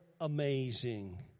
amazing